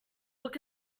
look